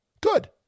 good